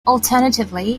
alternatively